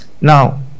Now